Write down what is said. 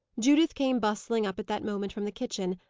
judith came bustling up at that moment from the kitchen,